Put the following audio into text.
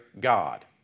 God